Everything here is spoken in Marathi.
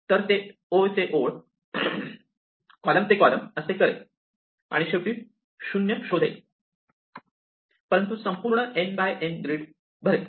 तर ओळ ते ओळ कॉलम ते कॉलम असे करेल आणि शेवटी 0s शोधेल परंतु ते संपूर्ण n बाय n ग्रिड भरेल